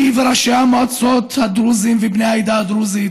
אני וראשי המועצות הדרוזים ובני העדה הדרוזית